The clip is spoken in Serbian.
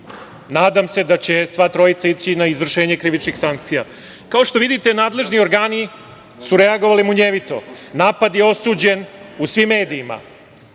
nadam se da će sva trojica ići na izvršenje krivičnih sankcija. Kao što vidite, nadležni organi su reagovali munjevito. Napad je osuđen u svim medijima